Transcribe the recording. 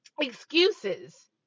excuses